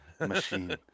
Machine